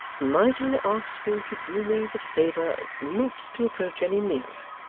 might i ask you to do me the favour not to approach any nearer